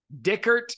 Dickert